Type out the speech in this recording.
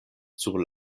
sur